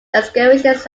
excavations